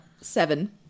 Seven